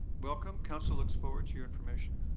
welcome. council looks forward to your information.